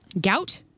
Gout